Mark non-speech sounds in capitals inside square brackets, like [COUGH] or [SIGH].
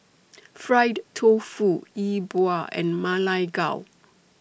[NOISE] Fried Tofu E Bua and Ma Lai Gao